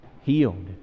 healed